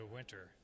winter